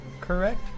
Correct